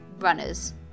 runners